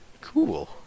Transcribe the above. Cool